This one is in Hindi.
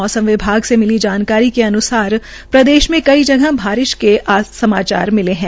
मौमस विभाग से मिली जानकारी के अन्सार प्रदेश में कई जगह बारिश होने के समाचार मिले है